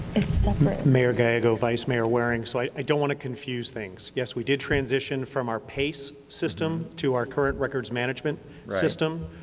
it's separate. mayor gallego, vice mayor waring, so i don't want to confuse things. yes, we did transition from our pace system to our current records management system.